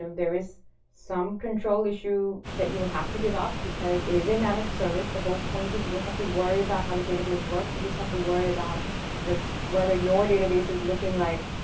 um there is some control issue that you will have to give up. because it is a managed service. the whole point is you don't have to worry about how the database works. you just have to worry about sort of whether your database is looking like,